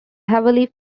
heavily